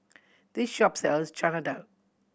this shop sells Chana Dal